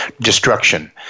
destruction